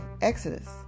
Exodus